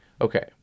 Okay